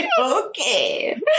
Okay